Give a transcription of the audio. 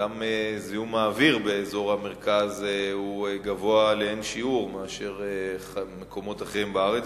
גם זיהום האוויר באזור המרכז גבוה לאין שיעור לעומת מקומות אחרים בארץ,